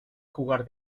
jugar